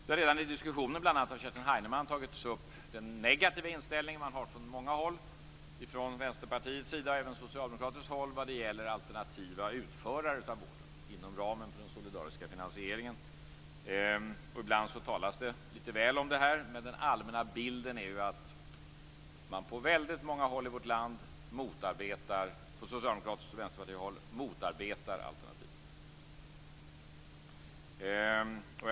Det har redan i diskussionen, bl.a. av Kerstin Heinemann, tagits upp den negativa inställning man har från många håll, från Vänsterpartiet och Socialdemokraterna, vad gäller alternativa utförare av vården inom ramen för den solidariska finansieringen. Ibland talas det lite väl mycket om det här, men den allmänna bilden är ju att man på väldigt många håll i vårt land från socialdemokratiskt och vänsterpartistiskt håll motarbetar alternativen.